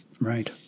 Right